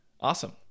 Awesome